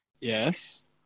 Yes